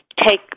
take